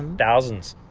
thousands,